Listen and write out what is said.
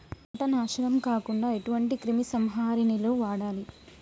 పంట నాశనం కాకుండా ఎటువంటి క్రిమి సంహారిణిలు వాడాలి?